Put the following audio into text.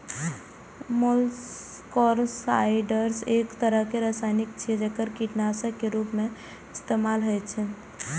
molluscicides एक तरहक रसायन छियै, जेकरा कीटनाशक के रूप मे इस्तेमाल होइ छै